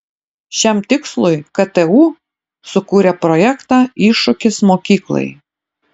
šiam tikslui ktu sukūrė projektą iššūkis mokyklai